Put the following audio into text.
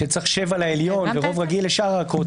שצריך שבעה לעליון ורוב רגיל לשאר הערכאות,